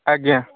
ଆଜ୍ଞା